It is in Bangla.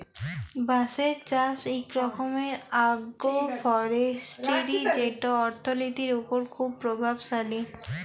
বাঁশের চাষ ইক রকম আগ্রো ফরেস্টিরি যেট অথ্থলিতির উপর খুব পরভাবশালী